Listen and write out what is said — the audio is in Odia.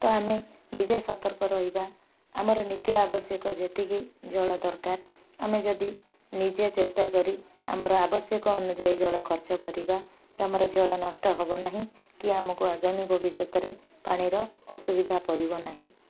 ତ ଆମେ ନିଜେ ସତର୍କ ରହିବା ଆମର ନିତ୍ୟ ଆବଶ୍ୟକ ଯେତିକି ଜଳ ଦରକାର ଆମେ ଯଦି ନିଜେ ଚେଷ୍ଟା କରି ଆମର ଆବଶ୍ୟକ ଅନୁଯାୟୀ ଜଳ ଖର୍ଚ୍ଚ କରିବା ତ ଆମର ଜଳ ନଷ୍ଟ ହବ ନାହିଁ କି ଆମକୁ ଆଗାମୀ ଭବିଷ୍ୟତରେ ପାଣିର ଅସୁବିଧା ପଡ଼ିବ ନାହିଁ